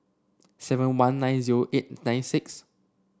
seven one nine zero eight nine six